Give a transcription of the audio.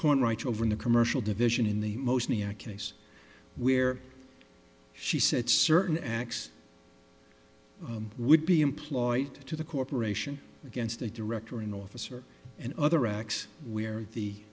corn right over the commercial division in the most me a case where she said certain acts would be employed to the corporation against a director an officer and other acts where the